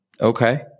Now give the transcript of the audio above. okay